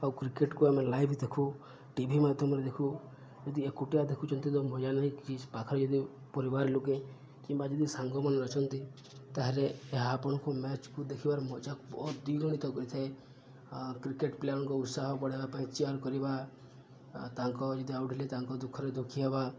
ଆଉ କ୍ରିକେଟକୁ ଆମେ ଲାଇଭ ଦେଖୁ ଟି ଭି ମାଧ୍ୟମରେ ଦେଖୁ ଯଦି ଏକୁଟିଆ ଦେଖୁଛନ୍ତି ତ ମଜା ନାହିଁ କିଛି ପାଖରେ ଯଦି ପରିବାର ଲୋକେ କିମ୍ବା ଯଦି ସାଙ୍ଗମାନେ ଅଛନ୍ତି ତାହେଲେ ଏହା ଆପଣଙ୍କୁ ମ୍ୟାଚ୍କୁ ଦେଖିବାର ମଜା ବ ଦୁଇଗୁଣିତ କରିଥାଏ କ୍ରିକେଟ୍ ପ୍ଲେୟାରଙ୍କ ଉତ୍ସାହ ବଢ଼େଇବା ପାଇଁ ଚିୟର କରିବା ତାଙ୍କ ଯଦି ଆଉଟ୍ ହେଲେ ତାଙ୍କ ଦୁଃଖରେ ଦୁଃଖି ହେବା